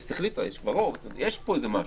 שהכנסת החליטה, יש פה איזה משהו.